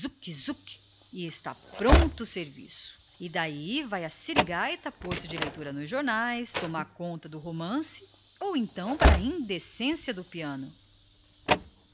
zuc zuc zuc e está pronto o serviço e daí vai a sirigaita pôr-se de leitura nos jornais tomar conta do romance ou então vai para a indecência